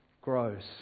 grows